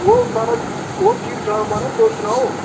ओ तारा जी ओ ठीक ठाक तुस सनाओ